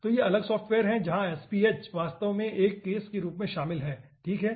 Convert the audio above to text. तो ये अलग सॉफ्टवेयर हैं जहां SPH वास्तव में एक केस के रूप में शामिल है ठीक है